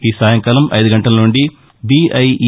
ఈ సాయంకాలం ఐదు గంటల నుండి బిఐఇ